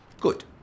good